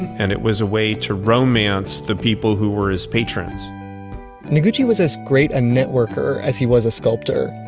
and it was a way to romance the people who were his patrons noguchi was as great a networker as he was a sculptor,